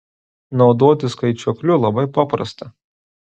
naudotis skaičiuokliu labai paprasta